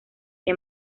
que